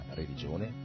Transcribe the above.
religione